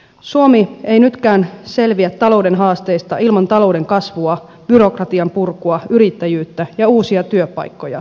suomi ei nytkään selviä talouden haasteista ilman talouden kasvua byrokratian purkua yrittäjyyttä ja uusia työpaikkoja